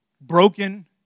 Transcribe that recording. Broken